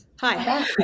Hi